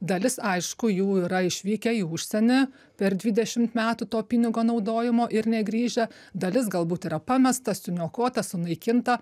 dalis aišku jų yra išvykę į užsienį per dvidešimt metų to pinigo naudojimo ir negrįžę dalis galbūt yra pamesta suniokota sunaikinta